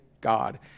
God